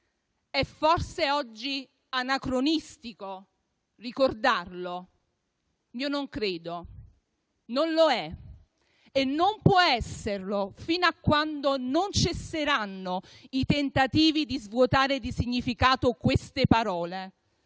È forse oggi anacronistico ricordarlo. Io non credo, non lo è e non può esserlo fino a quando non cesseranno i tentativi di svuotare di significato queste parole